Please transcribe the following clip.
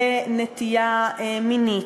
בבעלי נטייה מינית,